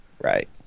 Right